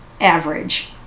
average